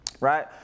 right